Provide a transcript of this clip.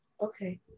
okay